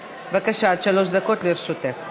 בבקשה, עד שלוש דקות לרשותך.